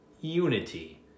Unity